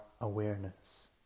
awareness